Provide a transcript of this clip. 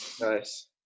Nice